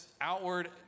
outward